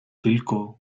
tylko